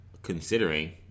Considering